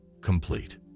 complete